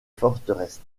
forteresse